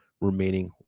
remaining